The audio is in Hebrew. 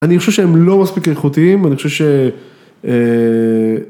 ‫אני חושב שהם לא מספיק איכותיים, ‫אני חושב ש...